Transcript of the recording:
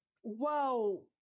Whoa